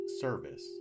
service